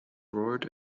roared